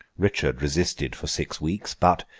richard resisted for six weeks but,